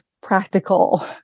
practical